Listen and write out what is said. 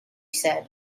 said